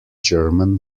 german